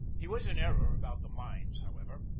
he was in error about the mines, however.